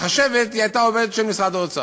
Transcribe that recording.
החשבת הייתה עובדת של משרד האוצר.